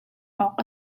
awk